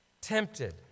Tempted